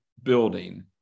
building